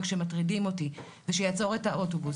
שמטרידים אותי ושיעצור את האוטובוס.